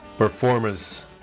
Performers